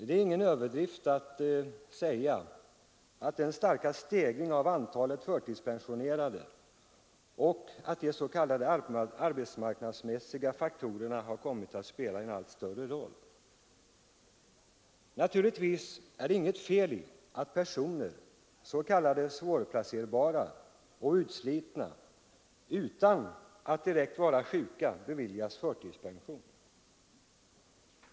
Det är ingen överdrift att säga att den starka stegringen av antalet förtidspensionerade och av de s.k. arbetsmarknadsmässiga faktorerna har kommit att spela en allt större roll. Naturligtvis är det inget fel i att personer, s.k. svårplacerbara och utslitna, utan att direkt vara sjuka beviljas förtidspension.